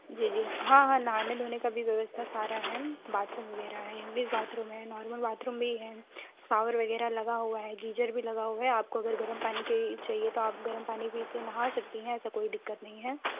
जी जी हाँ हाँ नहाने धोने का भी व्यवस्था सारा है बाथरूम वगैरह है इंग्लिश बाथरूम है नॉर्मल बाथरूम भी है सावर वगैरह लगा हुआ है गीजर भी लगा हुआ है आपको अगर गर्म पानी के ही चाहिए तो आप गर्म पानी भी से नहा सकती हैं ऐसा कोई दिक्कत नहीं है